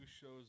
shows